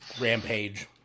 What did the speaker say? Rampage